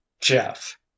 Jeff